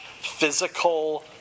physical